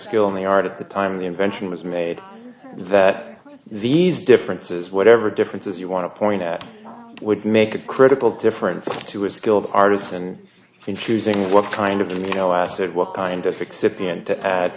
skill in the art at the time the invention was made that these differences whatever differences you want to point that would make a critical difference to a skilled artist and in choosing what kind of them you know said what kind of